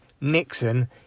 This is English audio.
Nixon